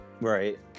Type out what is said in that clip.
Right